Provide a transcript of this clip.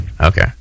Okay